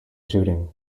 shooting